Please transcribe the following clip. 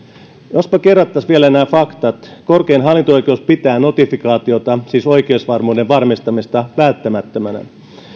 jospa kerrattaisiin vielä nämä faktat korkein hallinto oikeus pitää notifikaatiota siis oikeusvarmuuden varmistamista välttämättömänä